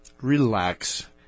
relax